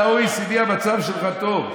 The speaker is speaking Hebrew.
ביחס ל-OECD, ביחס ב-OECD המצב שלך טוב.